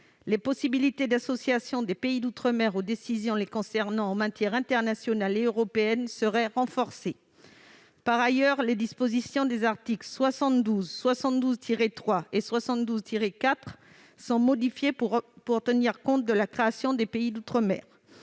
Les possibilités d'association des pays d'outre-mer aux décisions les concernant en matière internationale et européenne seraient renforcées. Par ailleurs, les dispositions des articles 72, 72-3 et 72-4 sont modifiées pour tenir compte de la création des pays d'outre-mer.